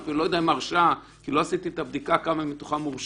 אני אפילו לא יודע אם הרשעה כי לא עשיתי את הבדיקה כמה מתוכם מורשים.